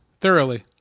thoroughly